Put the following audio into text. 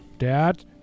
Dad